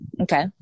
Okay